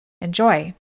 Enjoy